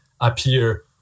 appear